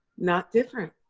not different.